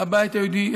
הבית היהודי,